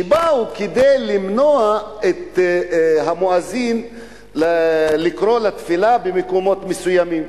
שבא כדי למנוע את המואזין לקרוא לתפילה במקומות מסוימים,